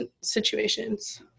situations